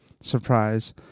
Surprise